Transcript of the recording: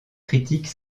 critiquent